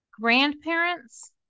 grandparents